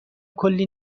کلی